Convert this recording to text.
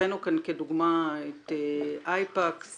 הבאנו כאן כדוגמה את אייפקס